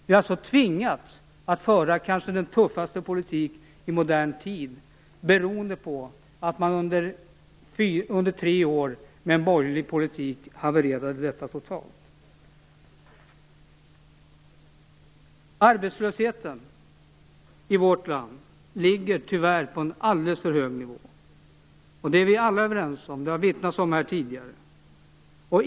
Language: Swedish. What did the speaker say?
Vi har tvingats föra den kanske tuffaste politiken i modern tid beroende på att det havererade totalt under tre år med borgerlig politik. Arbetslösheten i vårt land ligger tyvärr på en alldeles för hög nivå. Det är vi alla överens om. Det har vittnats om här tidigare.